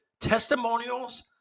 testimonials